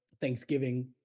Thanksgiving